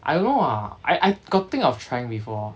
I don't know lah I I got think of trying before